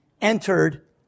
entered